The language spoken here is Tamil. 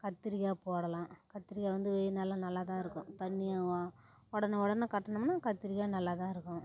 கத்திரிக்காய் போடலாம் கத்திரிக்காய் வந்து வெய்யல் நாளில் நல்லாதான் இருக்கும் தண்ணி உடனே உடனே கட்டிணோம்னா கத்திரிக்காய் நல்லா தான் இருக்கும்